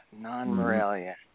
Non-Morelia